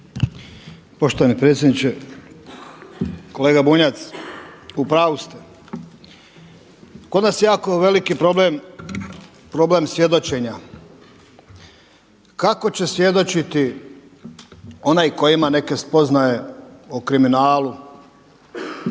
Poštovani predsjedniče. Kolega Bunjac upravu ste, kod nas je jako veliki problem, problem svjedočenja. Kako će svjedočiti onaj koji ima neke spoznaje o kriminalu,